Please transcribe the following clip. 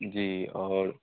जी और